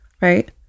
Right